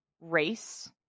race